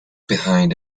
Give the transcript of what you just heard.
behind